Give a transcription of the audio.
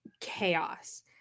chaos